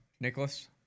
nicholas